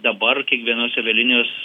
dabar kiekvienos avialinijos